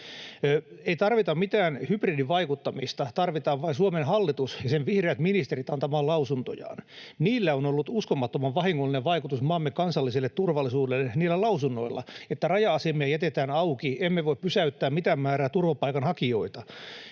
Ei tarvita mitään hybridivaikuttamista. Tarvitaan vain Suomen hallitus ja sen vihreät ministerit antamaan lausuntojaan. Niillä on ollut uskomattoman vahingollinen vaikutus maamme kansalliselle turvallisuudelle, niillä lausunnoilla, että raja-asemia jätetään auki ja emme voi pysäyttää mitään määrää turvapaikanhakijoita.